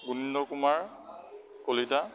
Gunindra Kumar Kalita